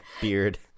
Beard